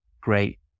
great